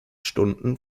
stunden